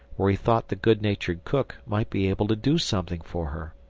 where he thought the good-natured cook might be able to do something for her.